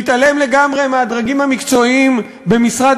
שהתעלם לגמרי מהדרגים המקצועיים במשרד